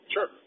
Sure